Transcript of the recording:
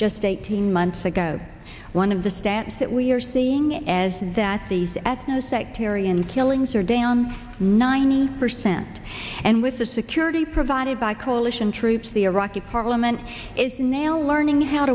just eighteen months ago one of the stats that we are seeing as that these ethno sectarian killings are down ninety percent and with the security provided by coalition troops the iraqi parliament is now learning how